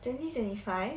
twenty twenty five